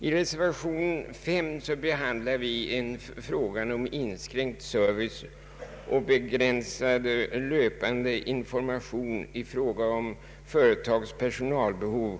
I reservation 5 behandlar vi frågan om inskränkt service och begränsad löpande information beträffande företags personalbehov.